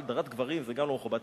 גם הדרת גברים זה לא מכובד.